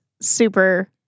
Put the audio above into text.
Super